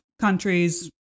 countries